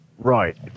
Right